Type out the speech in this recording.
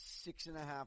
six-and-a-half